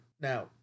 Now